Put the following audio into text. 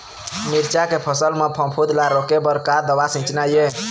मिरचा के फसल म फफूंद ला रोके बर का दवा सींचना ये?